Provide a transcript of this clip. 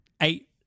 Eight